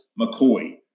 McCoy